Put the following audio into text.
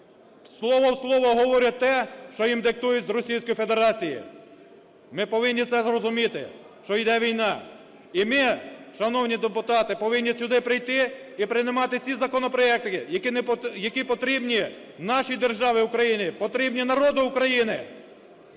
слово в слово говорять те, що їм диктують з Російської Федерації. Ми повинні це зрозуміти, що йде війна, і ми, шановні депутати, повинні сюди прийти і приймати ці законопроекти, які потрібні нашій державі Україні, потрібні народу України.